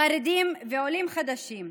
חרדים ועולים חדשים,